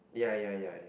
ya ya ya ya